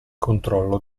controllo